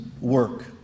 work